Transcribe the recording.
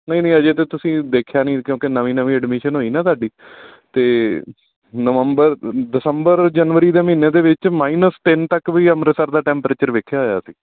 ਨਹੀਂ ਨਹੀਂ ਅਜੇ ਤਾਂ ਤੁਸੀਂ ਦੇਖਿਆ ਨਹੀਂ ਕਿਉਂਕਿ ਨਵੀਂ ਨਵੀਂ ਐਡਮਿਸ਼ਨ ਹੋਈ ਨਾ ਤੁਹਾਡੀ ਅਤੇ ਨਵੰਬਰ ਦਸੰਬਰ ਜਨਵਰੀ ਦੇ ਮਹੀਨੇ ਦੇ ਵਿੱਚ ਮਾਈਨਸ ਤਿੰਨ ਤੱਕ ਵੀ ਅੰਮ੍ਰਿਤਸਰ ਦਾ ਟੈਂਪਰੇਚਰ ਵੇਖਿਆ ਹੋਇਆ ਅਸੀਂ